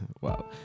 wow